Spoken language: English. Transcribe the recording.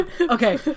okay